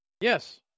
Yes